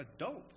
adults